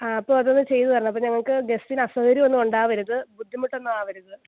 ആ അപ്പം അതൊന്ന് ചെയ്ത് തരണം അപ്പം ഞങ്ങൾക്ക് ഗസ്റ്റിന് അസൗകര്യം ഒന്നും ഉണ്ടാവരുത് ബുദ്ധിമുട്ടൊന്നും ആവരുത്